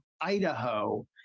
Idaho